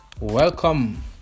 Welcome